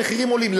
המחירים עולים.